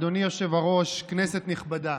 אדוני היושב-ראש, כנסת נכבדה,